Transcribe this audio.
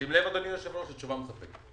שים לב, אדוני היושב-ראש, התשובה מספקת.